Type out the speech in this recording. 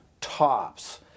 tops